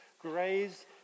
graze